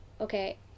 okay